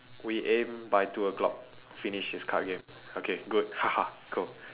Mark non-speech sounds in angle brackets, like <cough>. we aim by two o-clock finish this card game okay good <laughs> go